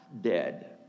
dead